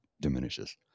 diminishes